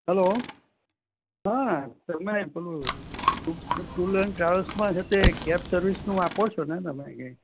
hello હા તમે પેલું ટુ ટુર એન્ડ ટ્રાવેલ્સ માં સાથે કેબ સર્વિસ નું આપો છો ને તમે કંઈ